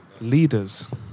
leaders